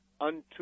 unto